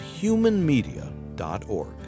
humanmedia.org